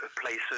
places